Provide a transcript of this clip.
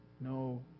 No